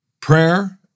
prayer